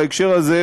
בהקשר הזה,